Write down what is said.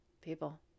people